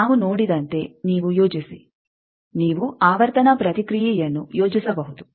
ನಾವು ನೋಡಿದಂತೆ ನೀವು ಯೋಜಿಸಿ ನೀವು ಆವರ್ತನ ಪ್ರತಿಕ್ರಿಯೆಯನ್ನು ಯೋಜಿಸಬಹುದು